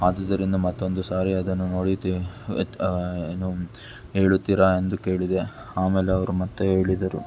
ಆದುದ್ದರಿಂದ ಮತ್ತೊಂದು ಸಾರಿ ಅದನ್ನು ನೋಡಿ ತಿ ವ್ಯತ್ ಏನು ಹೇಳುತ್ತೀರಾ ಎಂದು ಕೇಳಿದೆ ಆಮೇಲೆ ಅವರು ಮತ್ತು ಹೇಳಿದರು